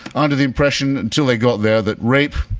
under the impression until they got there that rape,